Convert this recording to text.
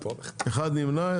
אחד נמנע.